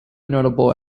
notable